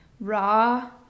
raw